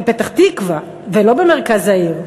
בפתח-תקווה, ולא במרכז עיר.